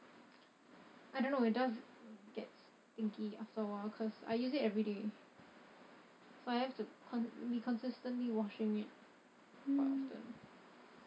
I don't know it does get stinky after awhile cause I use it everyday so I have to con~ be consistently washing it quite often